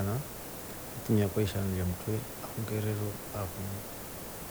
nge tumia kwa ishanua mtwe au ngerero ha kwamotru.